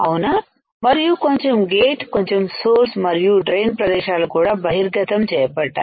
అవునా మరియు కొంచెం గేట్ కొంచెం సోర్స్ మరియు డ్రైన్ ప్రదేశాలు కూడా బహిర్గతం చేయబడ్డాయి